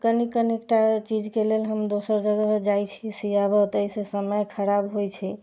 कनिक कनिक टा चीजके लेल हम दोसर जगह जाइ छी सियाबऽ ताहिसँ समय खराब होइ छै